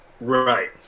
right